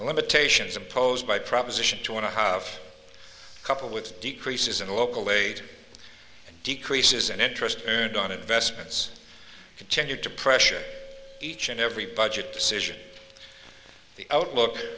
limitations imposed by proposition two and a half a couple which decreases in local aid decreases and interest and on investments continued to pressure each and every budget decision the outlook